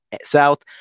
south